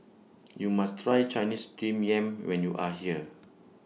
YOU must Try Chinese Steamed Yam when YOU Are here